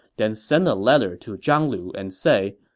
then send a letter to zhang lu and say,